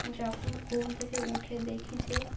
যখন ঘুম থেকে উঠে দেখি যে